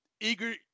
Eager